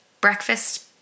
breakfast